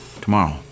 tomorrow